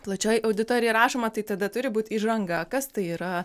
plačioj auditorijoj rašoma tai tada turi būti įžanga kas tai yra